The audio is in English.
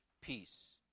peace